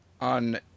on